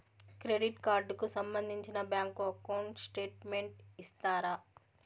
Credit card కు సంబంధించిన bank account statement ఇస్తారా?